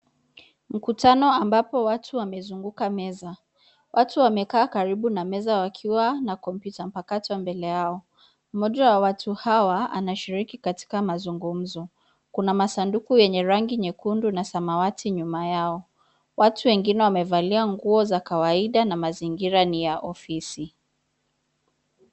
Mkutano ambapo watu wamezunguka meza, watu wamekaa karibu na meza wakiwa na kompyuta mpakato mbele yao, mmoja wa watu hawa anashiriki katika mazungumzo, kuna masanduku yenye rangi nyekundu na samawati nyuma yao, watu wengine wamevalia nguo za kawaida na mazingira ni ya ofisi.